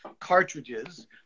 cartridges